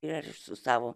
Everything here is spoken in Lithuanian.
ir aš su savo